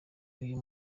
uyu